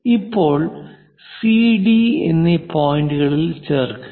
ഇപ്പോൾ C D C D എന്നീ പോയിന്റുകളിൽ ചേർക്കുക